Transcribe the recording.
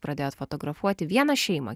pradėjot fotografuoti vieną šeimą